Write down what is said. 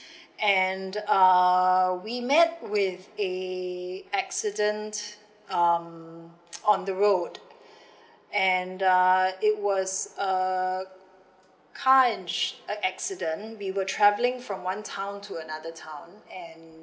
and uh we met with a accident um on the road and uh it was a car uh accident we were travelling from one town to another town and